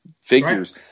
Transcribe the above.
figures